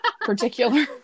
particular